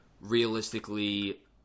realistically